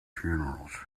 funerals